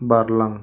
बारलां